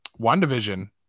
WandaVision